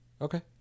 Okay